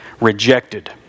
rejected